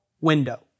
window